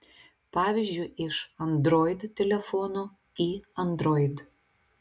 pavyzdžiui iš android telefono į android